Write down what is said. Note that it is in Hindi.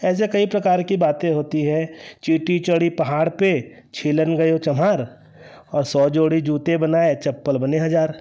ऐसे कई प्रकार की बातें होती हैं चींटी चढ़ी पहाड़ पर छिलम गयो चम्हार और सौ जोड़ी जूते बनाए चप्पल बने हज़ार